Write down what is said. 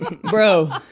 bro